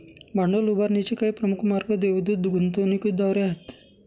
भांडवल उभारणीचे काही प्रमुख मार्ग देवदूत गुंतवणूकदारांद्वारे आहेत